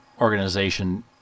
organization